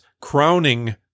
crowning